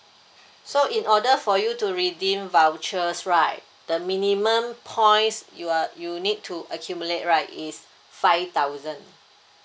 so in order for you to redeem vouchers right the minimum points you are you need to accumulate right is five thousand